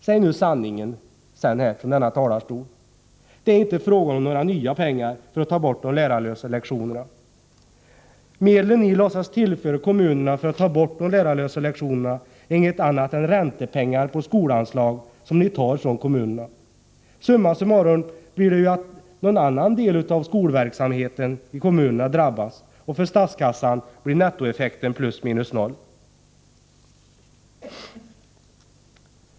Säg nu sanningen från denna talarstol. Det är inte fråga om några nya pengar för att ta bort de lärarlösa lektionerna. Medlen ni låtsas tillföra kommunerna för att ta bort de lärarlösa lektionerna är inget annat än räntepengar på skolanslag, som ni tar från kommunerna. Summa summarum blir ju att någon annan del av kommunernas skolverksamhet drabbas, och för statskassan blir nettoeffekten plus minus noll.